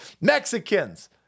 Mexicans